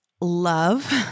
love